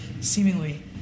seemingly